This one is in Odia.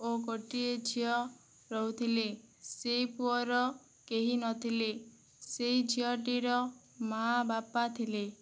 ଓ ଗୋଟିଏ ଝିଅ ରହୁଥିଲେ ସେହି ପୁଅର କେହିନଥିଲେ ସେହି ଝିଅଟିର ମା' ବାପା ଥିଲେ